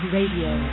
Radio